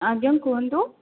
ଆଜ୍ଞା କୁହନ୍ତୁ